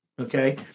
Okay